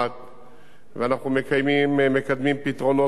ואנחנו מקדמים פתרונות של תחבורה,